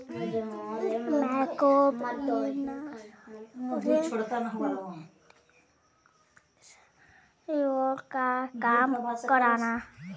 gap insurance depreciation value क कम करला